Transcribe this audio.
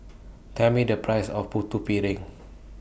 Tell Me The Price of Putu Piring